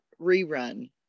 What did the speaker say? rerun